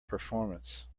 performance